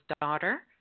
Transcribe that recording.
daughter